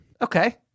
Okay